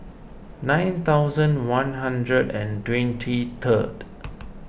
nine thousand one hundred and twenty third